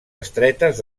estretes